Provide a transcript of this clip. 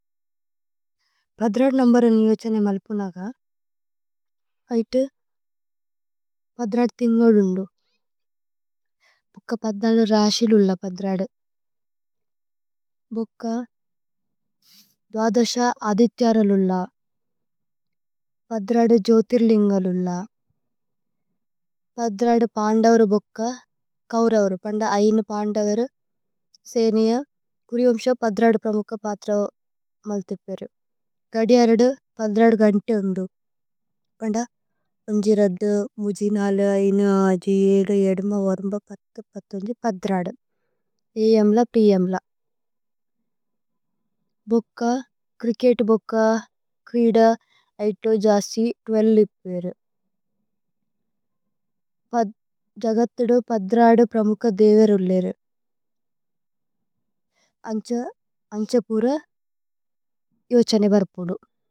പദ്രാദ് നമ്ബര നിജു ഛനേ മല്പുനഗ, ഐതേ പദ്രാദ് തിന്ഗോദുന്ദു। ഭുക്ക പദ്നലു രശി ലുല പദ്രാദു। ഭുക്ക ദുഅദശ അദിത്യരലു ലുല। പദ്രാദ് ജ്യോതിര്ലിന്ഗലു ലുല। പദ്രാദ് പന്ദവരു ബുക്ക കൌരവരു പന്ദ അയിനു പന്ദവരു। സേനേയ കുരിവമ്ശ പദ്രാദു പ്രമുക്ക പദ്രഓ മല്തിപരു। തദി അരദു പദ്രാദു ഗന്തേ ഉന്ദു। പന്ദ പന്ജി രദു മുജി നലു അയിനു ആജീ യുദു യദുമവരുമ്ബ പദ്രാദു। ഏഇയേമ്ല പ്രിയേമ്ല। ഭുക്ക ക്രികേതു ബുക്ക ക്രീദ ഐതോ ജസി ത്വേലിലിപ് വേരു। ജഗതദു പദ്രാദു പ്രമുക്ക ദേവേരുല്ലേരു। അന്ഛ അന്ഛ പുര യോ ഛനേ ബര്പുലു।